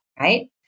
Right